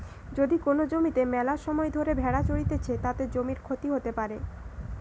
যদি কোন জমিতে মেলাসময় ধরে ভেড়া চরতিছে, তাতে জমির ক্ষতি হতে পারে